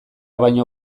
baino